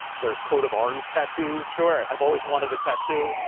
their coat-of-arms tattoos. sure. i've always wanted a tattoo.